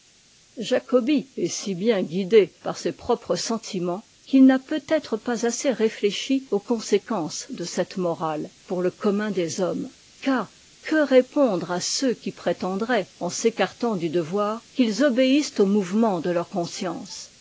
jacobi est si bien guidé par ses propres sentiments qu'il n'a peut être pas assez réfléchi aux conséquences de cette morale pour le commun des hommes car que répondre à ceux qui prétendraient en s'écartant du devoir qu'ils obéissent aux mouvements de leur conscience